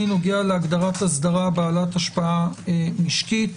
נוגע להגדרת אסדרה בעלת השפעה משקית.